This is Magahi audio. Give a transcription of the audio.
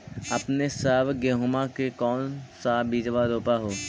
अपने सब गेहुमा के कौन सा बिजबा रोप हू?